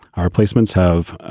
our replacements have